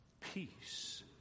peace